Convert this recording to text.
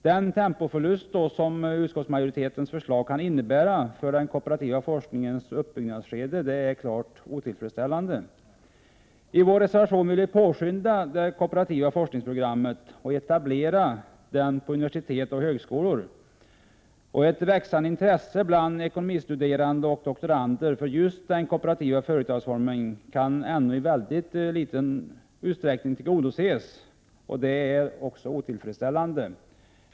Den tempoförlust som utskottsmajoritetens förslag kan innebära för den kooperativa forskningens uppbyggnadsskede är helt otillfredsställande. I vår reservation föreslår vi att det kooperativa forskningsprogrammet skall påskyndas och att detta skall etableras vid universitet och högskolor. Ett växande intresse bland ekonomistuderande och doktorander för just den kooperativa företagsformen kan ännu i mycket liten utsträckning tillgodoses, vilket också är otillfredställande.